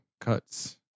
cuts